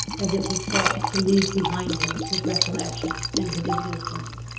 as if he sought to leave behind him his recollection and his existence.